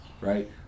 right